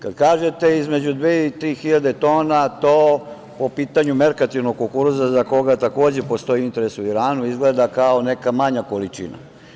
Kad kažete između dve i tri hiljade tona, to po pitanju merkantilnog kukuruza, za koga takođe postoji interes u Iranu, izgleda kao neka manja količina.